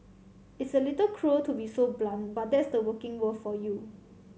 it's a little cruel to be so blunt but that's the working world for you